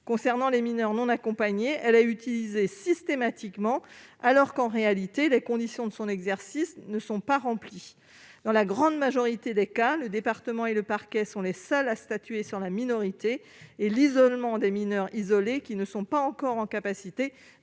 Concernant les MNA, elle est utilisée systématiquement, alors qu'en réalité les conditions de son exercice ne sont pas remplies. Dans la grande majorité des cas, le département et le parquet sont les seuls à statuer sur la minorité et l'isolement des mineurs isolés qui ne sont pas encore en capacité